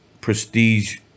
prestige